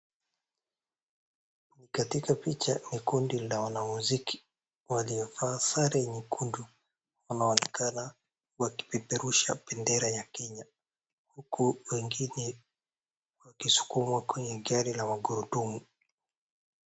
Ni katika picha ni kundi la wanamuziki, walio vaa sari nyekundu, ama watakana wakipeperusha pendera ya Kenya, huku wengine wakisukuma walio kwenye gari la magurudumu.